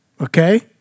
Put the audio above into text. Okay